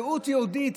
זהות יהודית,